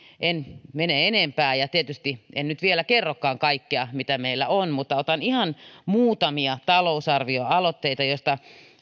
en mene enempää ja tietysti en nyt vielä kerrokaan kaikkea mitä meillä on mutta otan ihan muutamia talousarvioaloitteita joista